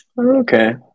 Okay